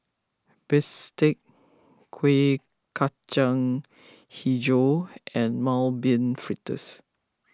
Bistake Kuih Kacang HiJau and Mung Bean Fritters